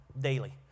daily